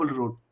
road